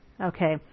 Okay